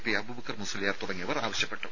P Abubakar Musliyar തുടങ്ങിയവർ ആവശ്യപ്പെട്ടു